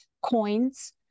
coins